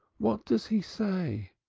what does he say?